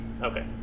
Okay